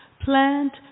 Plant